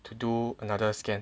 to do another scan